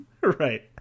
right